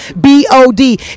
B-O-D